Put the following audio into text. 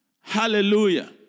Hallelujah